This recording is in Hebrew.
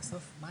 אני,